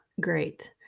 great